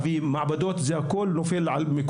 יש לי שני